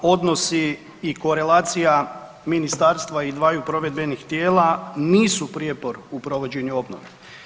Pa odnosi i korelacija Ministarstva i dvaju provedbenih tijela nisu prijepor u provođenju obnove.